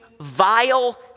vile